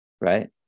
Right